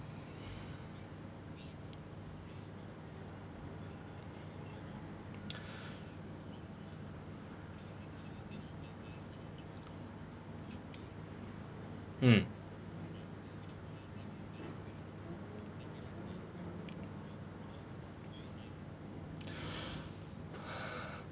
mm